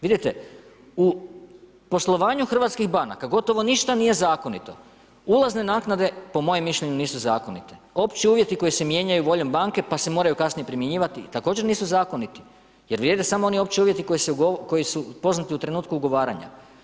Vidite u poslovanju hrvatskih banaka gotovo ništa nije zakonito, ulazne naknade po mojem mišljenju nisu zakonite, opći uvjeti koji se mijenjaju voljom banke pa se moraju kasnije primjenjivati također nisu zakoniti jer vrijede samo oni opći uvjeti koji su poznati u trenutku ugovaranja.